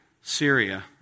Syria